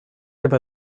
have